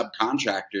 subcontractors